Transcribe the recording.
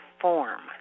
form